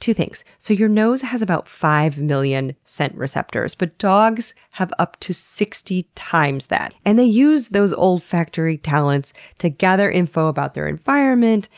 two things so your nose has about five million scent receptors, but dogs have up to sixty times that, and they use those olfactory talents to gather info about their environment,